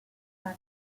and